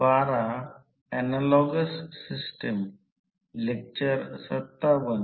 पहा E 2 2 I ते केले नाही हे पहा